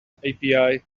api